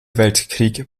weltkrieg